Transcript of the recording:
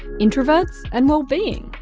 introverts and well-being.